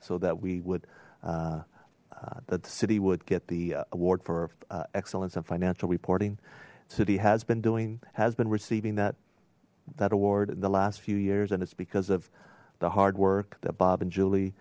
so that we would that the city would get the award for excellence in financial reporting city has been doing has been receiving that that award in the last few years and it's because of the hard work that bob and julie